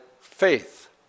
faith